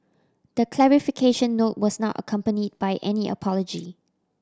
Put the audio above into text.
the clarification note was not accompany by any apology